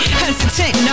hesitant